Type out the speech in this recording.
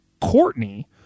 Courtney